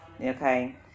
Okay